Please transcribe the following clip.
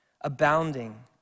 abounding